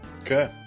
Okay